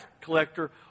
collector